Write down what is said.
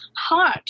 heart